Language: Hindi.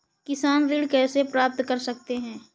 किसान ऋण कैसे प्राप्त कर सकते हैं?